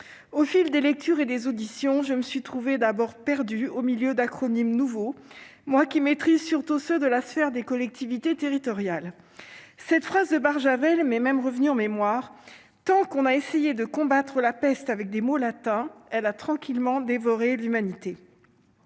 au fil des lectures et des auditions, je me suis trouvé d'abord perdu au milieu d'acronymes nouveau moi qui maîtrise, surtout ceux de l'affaire des collectivités territoriales, cette phrase de Barjavel mais même revenu en mémoire tant qu'on a essayé de combattre la peste avec des mots latins, elle a tranquillement dévorer l'humanité,